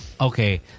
Okay